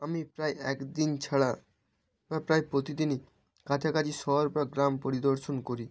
আমি প্রায় এক দিন ছাড়া বা প্রায় প্রতিদিনই কাছাকাছি শহর বা গ্রাম পরিদর্শন করি